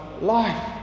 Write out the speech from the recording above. life